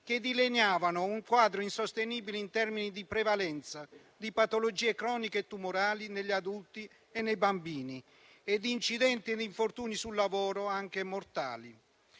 che disegnavano un quadro insostenibile in termini di prevalenza di patologie croniche e tumorali negli adulti e nei bambini e di incidenti ed infortuni sul lavoro anche mortali.